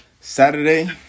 Saturday